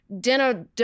dinner